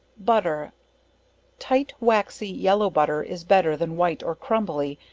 butter tight, waxy, yellow butter is better than white or crumbly,